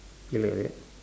K wait wait